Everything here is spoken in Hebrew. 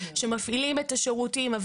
שמפעילים את השירותים,